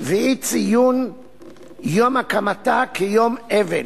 ואי-ציון יום הקמתה כיום אבל,